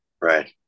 Right